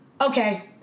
okay